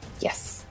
Yes